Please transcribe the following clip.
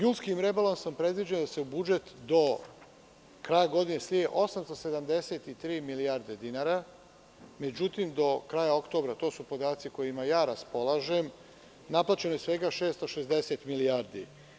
Julskim rebalansom predviđa se budžet do kraja godine 873 milijarde dinara, međutim, do kraja oktobra, to su podaci kojima raspolažem, naplaćeno je svega 660 milijardi.